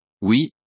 Oui